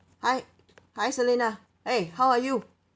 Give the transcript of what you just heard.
hi hi selina !hey! how are you